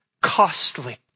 costly